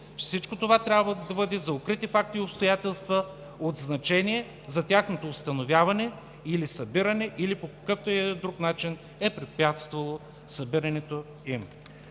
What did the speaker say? „всичко това трябва да бъде за укрити факти и обстоятелства от значение за тяхното установяване или събиране, или по какъвто и да е друг начин е препятствало събирането им“.